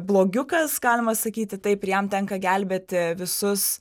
blogiukas galima sakyti taip ir jam tenka gelbėti visus